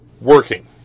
working